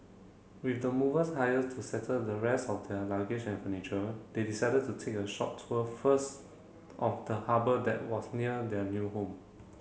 with the movers hired to settle the rest of their luggage and furniture they decided to take a short tour first of the harbour that was near their new home